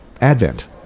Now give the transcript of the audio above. Advent